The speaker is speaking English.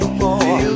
more